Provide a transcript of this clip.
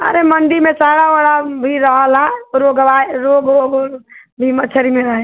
अरे मंडी में सड़ा ओड़ा भी रहला रोगवा रोग ओग ओग भी मछली में है